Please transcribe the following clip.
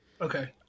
okay